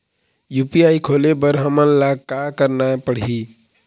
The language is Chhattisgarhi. यू.पी.आई खोले बर हमन ला का का करना पड़ही?